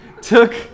took